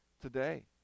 today